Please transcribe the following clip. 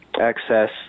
access